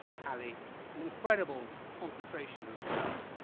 halley-an and incredible concentration of talent.